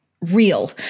real